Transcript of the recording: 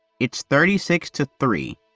it's thirty six to three.